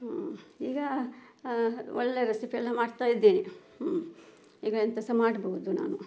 ಈಗ ಒಳ್ಳೆಯ ರೆಸಿಪಿ ಎಲ್ಲ ಮಾಡ್ತಾಯಿದ್ದೇನೆ ಹ್ಞೂ ಈಗ ಎಂಥ ಸಹ ಮಾಡ್ಬೋದು ನಾನು